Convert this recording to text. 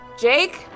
Jake